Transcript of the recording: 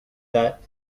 that